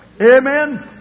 Amen